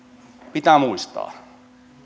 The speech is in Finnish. pitää muistaa